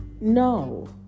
no